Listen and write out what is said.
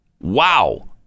Wow